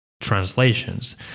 translations